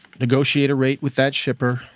negotiate a rate with that shipper,